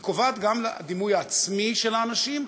היא קובעת גם בדימוי העצמי של האנשים,